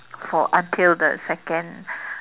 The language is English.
for until the second